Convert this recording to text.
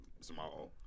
small